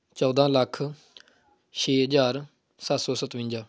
ਚੌਦਾਂ ਲੱਖ ਛੇ ਹਜ਼ਾਰ ਸੱਤ ਸੌ ਸਤਵੰਜਾ